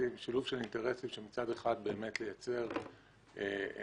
שילוב של אינטרסים שמצד אחד באמת לייצר מקסימום